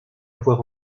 avoir